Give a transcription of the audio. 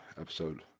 episode